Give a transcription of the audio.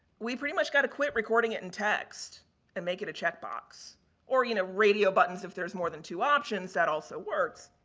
we pretty much got to quit recording it in text and make it a checkbox or, you know, radio buttons, if there's more than two options that also works.